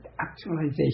actualization